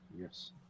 Yes